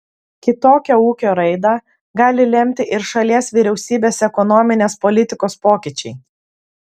kitokią ūkio raidą gali lemti ir šalies vyriausybės ekonominės politikos pokyčiai